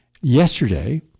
Yesterday